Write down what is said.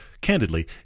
candidly